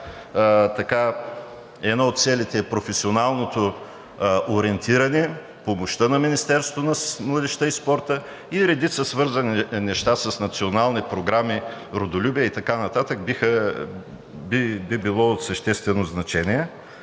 която една от целите е професионалното ориентиране, помощта на Министерството на младежта и спорта и редица свързани неща с национални програми „Родолюбие“ и така нататък, би било от съществено значение.